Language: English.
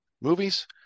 movies